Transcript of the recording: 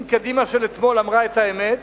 אם קדימה של אתמול אמרה את האמת,